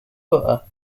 butter